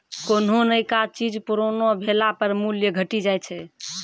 कोन्हो नयका चीज पुरानो भेला पर मूल्य घटी जाय छै